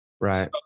Right